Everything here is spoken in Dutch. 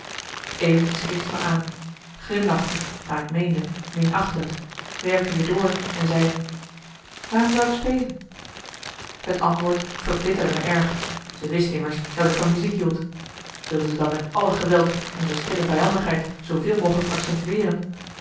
keek ze me aan glimlachte naar ik meende minachtend werkte weer door en zei waarom zou ik spelen het antwoord verbitterde me erg ze wist immers dat ik van muziek hield wilde ze dan met alle geweld onze stille vijandigheid zooveel mogelijk accentueeren